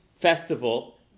festival